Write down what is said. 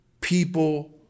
people